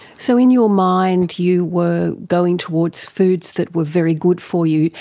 so in your mind you were going towards foods that were very good for you.